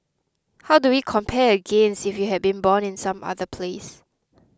how do we compare against if you had been born in some other place